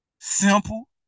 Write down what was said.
Simple